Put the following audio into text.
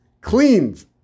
cleans